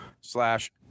slash